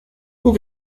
guk